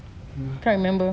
ugh